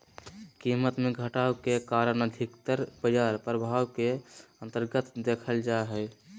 कीमत मे घटाव के कारण अधिकतर बाजार प्रभाव के अन्तर्गत देखल जा हय